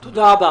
תודה.